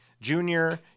Junior